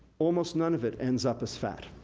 almost none of it ends up as fat.